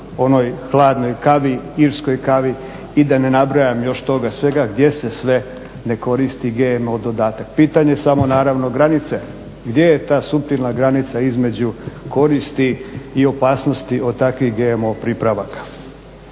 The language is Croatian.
onoj hladnoj kavi, irskoj kavi i da ne nabrajam još toga svega gdje se sve ne koristi GMO dodatak. Pitanje je samo naravno granice gdje je ta suptilna granica između koristi i opasnosti od takvih GMO pripravaka.